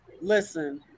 listen